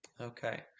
okay